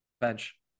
bench